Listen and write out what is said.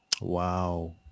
Wow